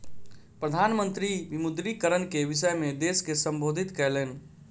प्रधान मंत्री विमुद्रीकरण के विषय में देश के सम्बोधित कयलैन